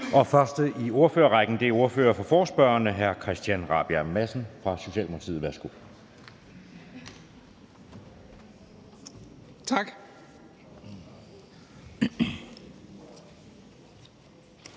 den første i ordførerrækken er ordføreren for forespørgerne, hr. Christian Rabjerg Madsen fra Socialdemokratiet. Værsgo. Kl.